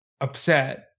upset